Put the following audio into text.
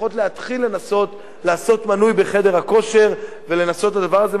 לפחות להתחיל לנסות לעשות מנוי בחדר הכושר ולנסות את הדבר הזה,